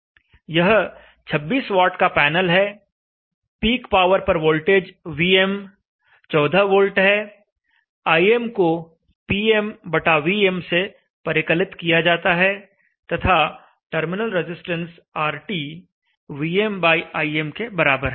यह 26 वाट का पैनल है पीक पावर पर वोल्टेज Vm 14 वोल्ट है Im को PmVm से परिकलित किया जाता है तथा टर्मिनल रजिस्टेंस RT VmIm के बराबर है